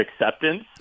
acceptance